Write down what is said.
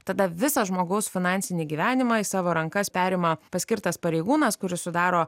tada visą žmogaus finansinį gyvenimą į savo rankas perima paskirtas pareigūnas kuris sudaro